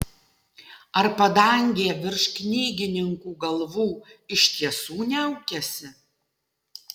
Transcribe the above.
ar padangė virš knygininkų galvų iš tiesų niaukiasi